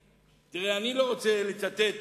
תראה, אני לא רוצה לצטט